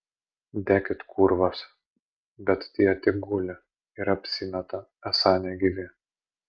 dekit kūrvos bet tie tik guli ir apsimeta esą negyvi